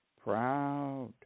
proud